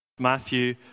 Matthew